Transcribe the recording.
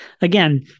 again